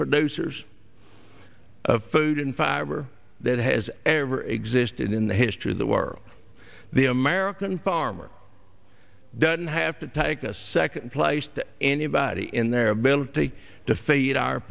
producers of food and fiber that has ever existed in the history of the world the american farmer doesn't have to take a second place to anybody in their ability to feed our